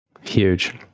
huge